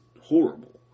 horrible